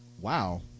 Wow